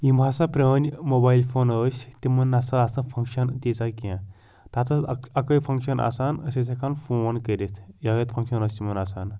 یِم ہسا پرٲنۍ موبایل فوٗن ٲسۍ تِمن نَہ سا آسہٕ نہٕ فنٛکشن تیٖژاہ کیٚنٛہہ تتھ ٲس اَک اَکٲے فنٛکشن آسان أسۍ ٲسۍ ہیٚکان فوٗن کٔرِتھ یِہٲے یوٗت فَنٛکشن ٲسۍ تِمن آسان